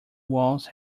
walls